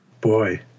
Boy